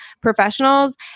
professionals